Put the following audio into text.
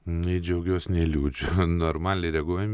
nei džiaugiuos nei liūdžiu normaliai reaguojam